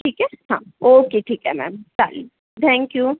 ठीक आहे हा ओके ठीक आहे मॅम चालेल थॅंक यू